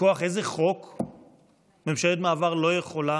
מכוח איזה חוק ממשלת מעבר לא יכולה